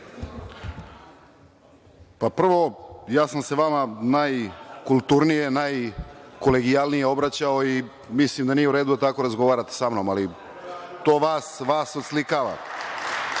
Prvo, ja sam se vama najkulturnije, najkolegijalnije obraćao i mislim da nije u redu da tako razgovarate sa mnom, ali to vas oslikava. Sa